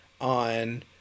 on